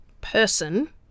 person